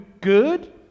good